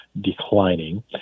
declining